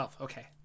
Okay